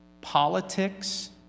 politics